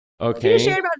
Okay